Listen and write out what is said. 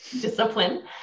discipline